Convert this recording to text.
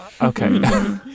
Okay